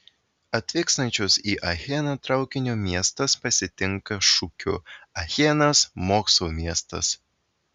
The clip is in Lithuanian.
atvykstančius į acheną traukiniu miestas pasitinka šūkiu achenas mokslo miestas